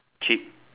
cheap